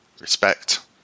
respect